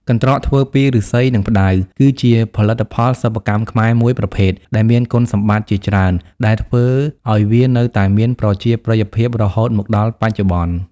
កន្ត្រកធ្វើពីឫស្សី និងផ្តៅ គឺជាផលិតផលសិប្បកម្មខ្មែរមួយប្រភេទដែលមានគុណសម្បត្តិជាច្រើន ដែលធ្វើឲ្យវានៅតែមានប្រជាប្រិយភាពរហូតមកដល់បច្ចុប្បន្ន។